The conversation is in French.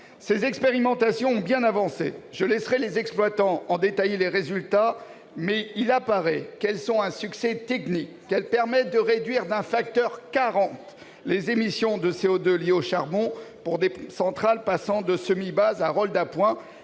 Ces expérimentations ont bien avancé. Je laisserai les exploitants donner leurs résultats en détail, mais il apparaît qu'elles sont un succès technique, qu'elles permettent de réduire d'un facteur 40 les émissions de CO2 liées au charbon pour des centrales passant de semi-base à rôle d'appoint,